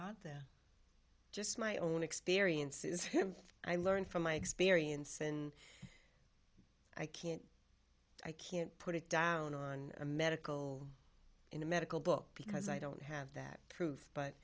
are there just my own experiences him i learned from my experience and i can't i can't put it down on a medical in a medical book because i don't have that proof but